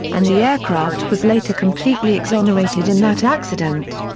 and the aircraft was later completely exonerated in that accident.